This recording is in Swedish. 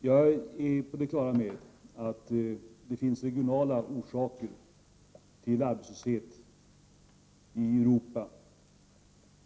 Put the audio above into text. Jag är på det klara med att det finns regionala orsaker till arbetslösheten i Europa.